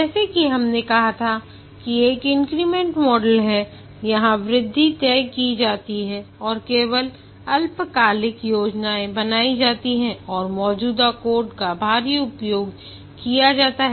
जैसा कि हमने कहा कि एक इंक्रीमेंट मॉडल है यहां वृद्धि तय की जाती है और केवल अल्पकालिक योजनाएँ बनाई जाती हैं और मौजूदा कोड का भारी उपयोग किया जाता है